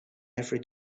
every